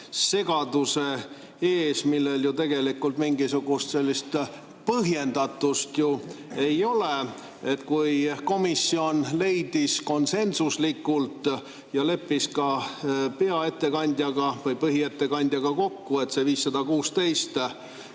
segaduse ees, millel ju tegelikult mingisugust põhjendatust ei ole. Kui komisjon leidis konsensuslikult ja leppis ka peaettekandjaga või põhiettekandjaga kokku, et 516